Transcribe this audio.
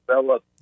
develop